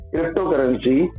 Cryptocurrency